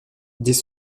dès